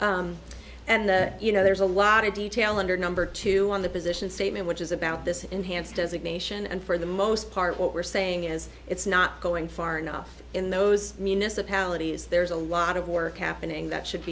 and you know there's a lot of detail under number two on the position statement which is about this enhanced designation and for the most part what we're saying is it's not going far enough in those municipalities there's a lot of work happening that should